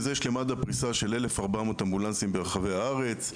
יש למד"א פריסה של 1,400 אמבולנסים ברחבי הארץ.